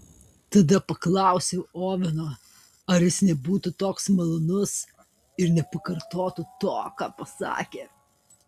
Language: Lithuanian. tada paklausiau oveno ar jis nebūtų toks malonus ir nepakartotų to ką pasakė